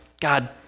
God